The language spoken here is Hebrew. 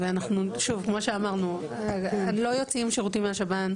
שוב, כמו שאמרנו, לא יוצאים שירותים מהשב"ן.